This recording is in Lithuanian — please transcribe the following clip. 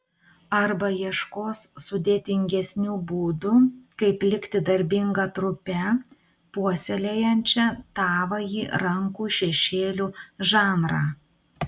arba ieškos sudėtingesnių būdų kaip likti darbinga trupe puoselėjančia tavąjį rankų šešėlių žanrą